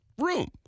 room